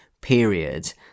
period